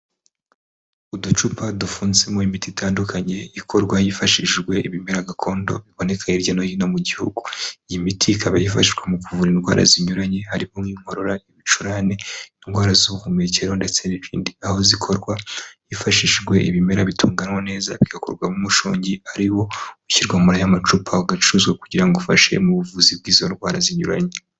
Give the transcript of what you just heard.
Uducupa dufunzemo imiti itandukanye, ikorwa hifashishijwe ibimera gakondo biboneka hirya no hino mu gihugu. Iyi miti ikaba yifashishwa mu kuvura indwara zinyuranye, harimo nk'inkuru, ibicurane, indwara z'ubuhumekero ndetse n'ibindi, aho zikorwa hifashishijwe ibimera bitunganywa neza bigakorwamo umushongi, ari wo ushyirwa muri aya macupa, ugacuruzwa kugira ngo ufashe mu buvuzi bw'izo ndwara zinyuranye.